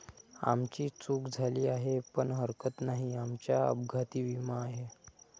आमची चूक झाली आहे पण हरकत नाही, आमचा अपघाती विमा आहे